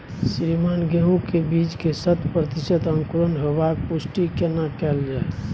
श्रीमान गेहूं के बीज के शत प्रतिसत अंकुरण होबाक पुष्टि केना कैल जाय?